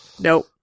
nope